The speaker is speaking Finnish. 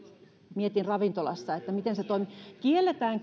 mietin että miten se toimii ravintolassa kielletäänkö